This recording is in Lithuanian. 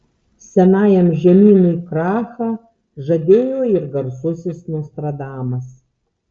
senajam žemynui krachą žadėjo ir garsusis nostradamas